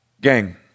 Gang